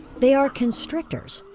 they are constrictors.